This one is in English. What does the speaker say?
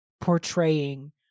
portraying